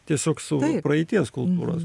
tiesiog su praeities kultūros